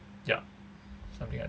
ya something like